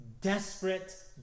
desperate